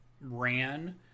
ran